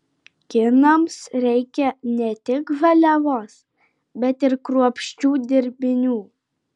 kinams reikia ne tik žaliavos bet ir kruopščių dirbinių